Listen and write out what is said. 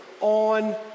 on